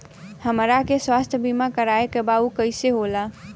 हमरा के स्वास्थ्य बीमा कराए के बा उ कईसे होला?